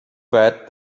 bad